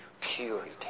purity